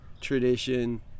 tradition